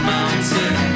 Mountain